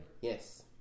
Yes